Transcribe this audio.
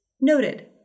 noted